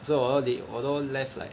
so hor 你 although left like